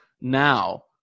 now